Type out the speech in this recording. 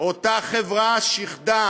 אותה חברה שיחדה